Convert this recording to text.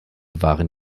waren